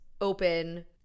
open